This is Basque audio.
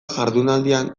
jardunaldian